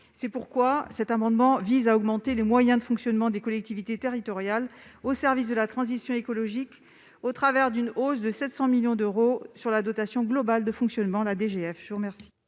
C'est pourquoi cet amendement vise à augmenter les moyens de fonctionnement des collectivités territoriales au service de la transition écologique, au travers d'une hausse de 700 millions d'euros de la DGF. L'amendement n° I-940, présenté